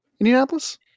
Indianapolis